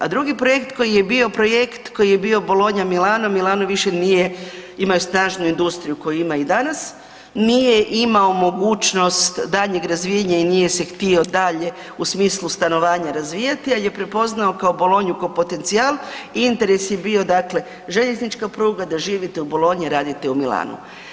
A drugi projekt koji je bio projekt koji je bio Bologna – Milano, Milano više nije, imaju snažnu industriju koju ima i danas, nije imao mogućnost daljnjeg razvijanja i nije se htio dalje u smislu stanovanja razvijati, ali je prepoznao Bolognu kao potencijal i interes je bio dakle željeznička pruga da žive u Bologni i radite u Milanu.